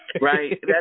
Right